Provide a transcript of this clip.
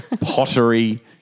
pottery